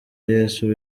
yesu